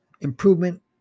improvement